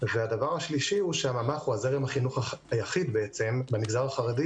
הדבר השלישי הוא שהממ"ח הוא זרם החינוך היחיד במגזר החרדי